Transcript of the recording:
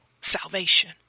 salvation